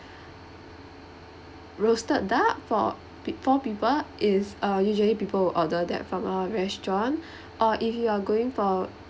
roasted duck for peo~ for four people is uh usually people order that from our restaurant or if you're going for